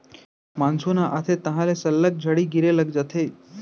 monsoon ह आथे तहॉं ले सल्लग झड़ी गिरे लग जाथे